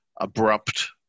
abrupt